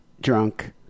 drunk